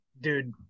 dude